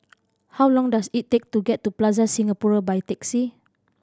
how long does it take to get to Plaza Singapura by taxi